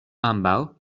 ambaŭ